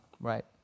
right